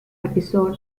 episode